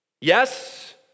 Yes